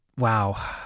Wow